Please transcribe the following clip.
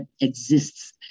exists